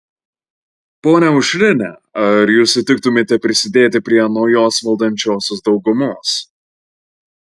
ponia aušrine ar jūs sutiktumėte prisidėti prie naujos valdančiosios daugumos